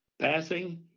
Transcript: passing